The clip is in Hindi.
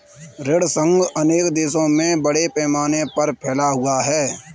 ऋण संघ अनेक देशों में बड़े पैमाने पर फैला हुआ है